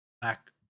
Black